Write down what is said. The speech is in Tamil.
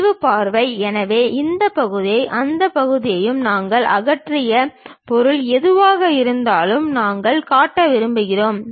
பிரிவு பார்வை எனவே இந்த பகுதியையும் அந்த பகுதியையும் நாங்கள் அகற்றிய பொருள் எதுவாக இருந்தாலும் நாங்கள் காட்ட விரும்புகிறோம்